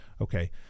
okay